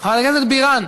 חברת הכנסת בירן,